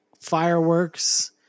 fireworks